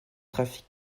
trafic